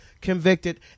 convicted